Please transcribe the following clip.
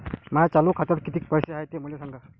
माया चालू खात्यात किती पैसे हाय ते मले सांगा